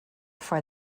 for